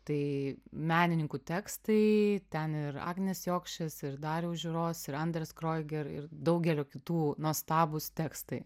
tai menininkų tekstai ten ir agnės jokšės ir dariaus žiūros ir andres kroiger ir daugelio kitų nuostabūs tekstai